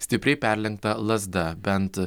stipriai perlenkta lazda bent